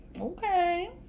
Okay